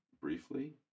Briefly